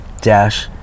dash